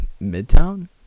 midtown